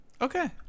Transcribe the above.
Okay